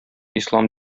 ислам